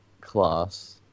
class